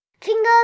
Fingers